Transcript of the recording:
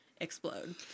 explode